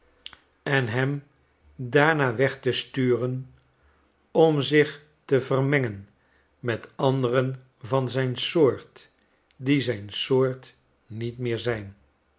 en hem daarna weg te sturen om zich te vermengen met anderen van zijn soort die zijn soort niet meer zijn